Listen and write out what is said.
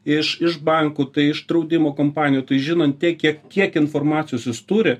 iš iš bankų tai iš draudimo kompanijų tai žinant tiek kiek kiek informacijos jis turi